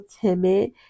timid